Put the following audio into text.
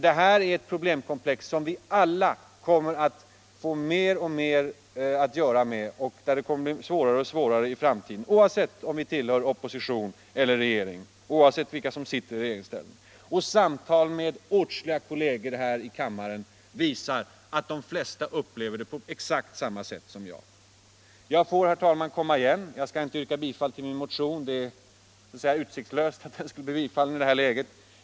Detta är ett problemkomplex som vi alla kommer att få mer och mer att göra med, och det kommer att bli svårare och svårare i framtiden för oss, oavsett om vi tillhör opposition eller regeringsparti och oavsett vilka som sitter i regeringsställning. Åtskilliga samtal med kolleger här i kammaren visar att de flesta upplever det på exakt samma sätt som jag. Herr talman! Jag får komma igen; jag skall inte yrka bifall till min motion, eftersom det i detta läge tycks utsiktslöst att den skulle bifallas.